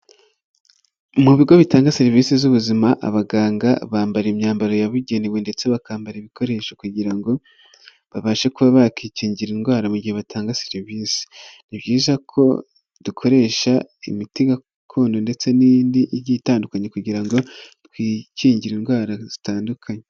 Mu bigo bitanga serivisi z'ubuzima abaganga bambara imyambaro yabugenewe ndetse bakambara ibikoresho kugirango babashe kuba bakikingira indwara mu gihe batanga serivisi, ni byiza ko dukoresha imiti gakondo ndetse n'iyindi igiye itandukanye kugirango twikingire indwara zitandukanye.